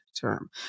term